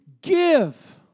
give